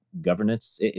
governance